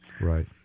Right